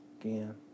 Again